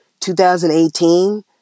2018